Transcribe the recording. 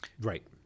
Right